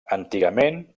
antigament